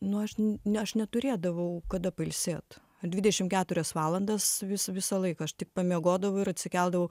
nu aš ne aš neturėdavau kada pailsėt dvidešimt keturias valandas vis visą laiką aš tik pamiegodavau ir atsikeldavau